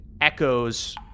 echoes